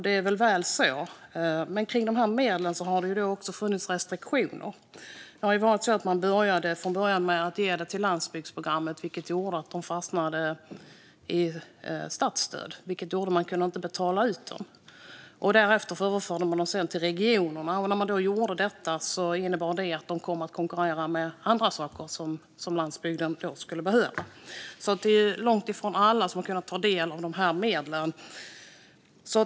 Det är väl så, men kring de här medlen har det också funnits restriktioner. Man började med att ge dem till landsbygdsprogrammet, vilket gjorde att de fastnade i statsstöd och att man inte kunde betala ut dem. Därefter överförde man dem till regionerna, vilket innebar att det här kom att konkurrera med andra saker som landsbygden skulle behöva. Det är alltså långt ifrån alla som har kunnat ta del av de här medlen.